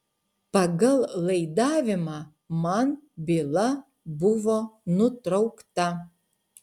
pagal laidavimą man byla buvo nutraukta